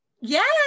yes